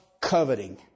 coveting